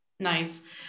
Nice